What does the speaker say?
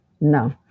No